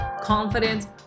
confidence